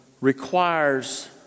requires